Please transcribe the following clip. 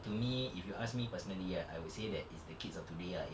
to me if you ask me personally right I would say that it's the kids of today ah it's